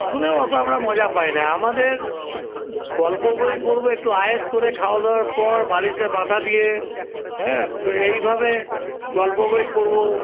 শুনেও আমরা অতো আমরা মজা পাই না আমাদের গল্প বই পড়বো একটু আয়েস করে খাওয়া দাওয়ার পর বালিশে মাথা দিয়ে হ্যাঁ এইভাবে গল্প বই পড়বো